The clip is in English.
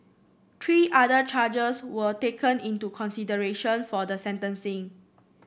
three other charges were taken into consideration for the sentencing